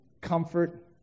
comfort